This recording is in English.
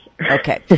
Okay